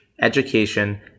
education